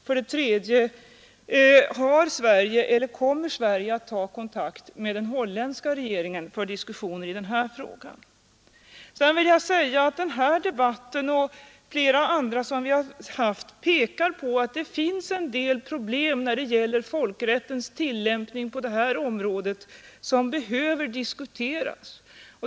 För det tredje: Har Sverige kontakt eller kommer Sverige att ta kontakt med den holländska regeringen för diskussioner i den här frågan? Den här debatten och flera andra som vi haft på senare tid pekar på att det finns en del problem när det gäller folkrättens tillämpning på det här området som behöver diskuteras.